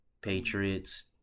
Patriots